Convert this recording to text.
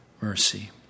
mercy